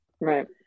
Right